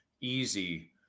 easy